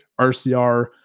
rcr